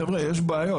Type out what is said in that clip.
חבר'ה יש בעיות.